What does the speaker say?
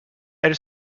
elle